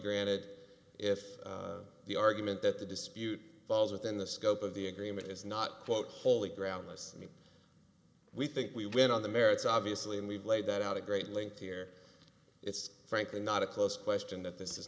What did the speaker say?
granted if the argument that the dispute falls within the scope of the agreement is not quote holy ground us we think we win on the merits obviously and we've laid that out at great length here it's frankly not a close question that this is